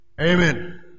Amen